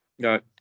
got